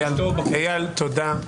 איל, תודה.